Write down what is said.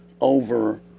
over